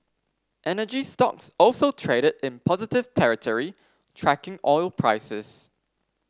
energy stocks also traded in positive territory tracking oil prices